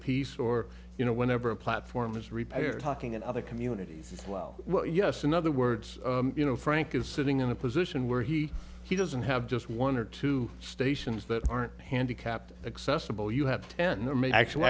piece or you know whenever a platform is repaired talking in other communities yes in other words you know frank is sitting in a position where he he doesn't have just one or two stations that aren't handicapped accessible you have an actual